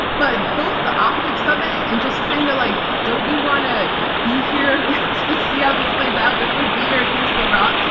but both the optics of it and just kind of like, don't you want to be here to see how this plays out? don't you want to be here if things go wrong?